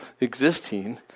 existing